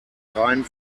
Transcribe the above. reihen